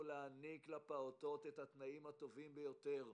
להעניק לפעוטות את התנאים הטובים ביותר.